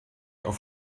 auf